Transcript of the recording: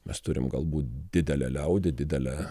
mes turim galbūt didelę liaudį didelę